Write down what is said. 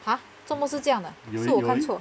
!huh! 做么是这样的还是我看错